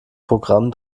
programm